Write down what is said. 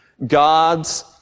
God's